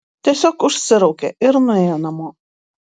tiesiog užsiraukė ir nuėjo namo